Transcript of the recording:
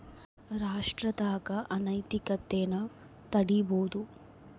ರಾಷ್ಟ್ರದಾಗ ಅನೈತಿಕತೆನ ತಡೀಬೋದು